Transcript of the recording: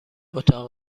اتاق